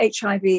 HIV